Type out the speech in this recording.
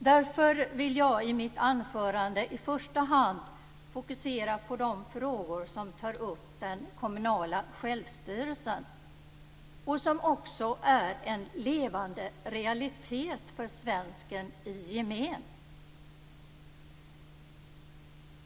Därför vill jag i mitt anförande i första hand fokusera på de frågor som tar upp den kommunala självstyrelsen och som också är en levande realitet för svensken i gemen.